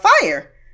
fire